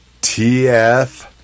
TF